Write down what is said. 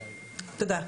תודה.